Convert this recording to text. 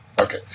Okay